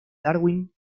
darwin